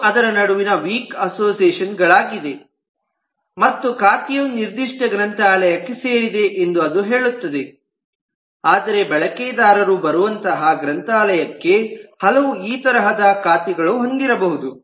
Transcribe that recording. ಇದು ಅದರ ನಡುವಿನ ವೀಕ್ ಅಸೋಸಿಯೇಷನ್ ಗಳಾಗಿದೆ ಮತ್ತು ಖಾತೆಯು ನಿರ್ದಿಷ್ಟ ಗ್ರಂಥಾಲಯಕ್ಕೆ ಸೇರಿದೆ ಎಂದು ಅದು ಹೇಳುತ್ತದೆ ಆದರೆ ಬಳಕೆದಾರರು ಬರುವಂತಹ ಗ್ರಂಥಾಲಯಕ್ಕೆ ಹಲವು ಈ ತರಹದ ಖಾತೆಗಳು ಹೊಂದಿರಬಹುದು